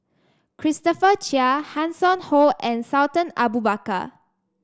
Christopher Chia Hanson Ho and Sultan Abu Bakar